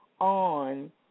On